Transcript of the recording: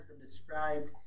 described